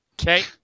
Okay